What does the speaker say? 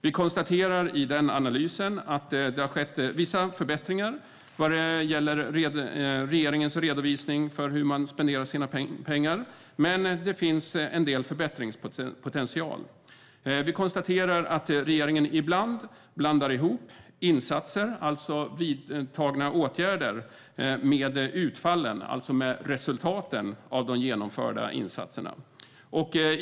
Vi konstaterar i den analysen att det har skett vissa förbättringar vad gäller regeringens redovisning av hur man spenderar sina pengar men att det finns förbättringspotential. Vi konstaterar att regeringen ibland blandar ihop insatser, alltså vidtagna åtgärder, med utfallen, alltså resultaten av de genomförda insatserna.